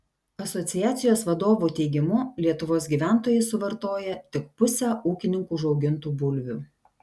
asociacijos vadovų teigimu lietuvos gyventojai suvartoja tik pusę ūkininkų užaugintų bulvių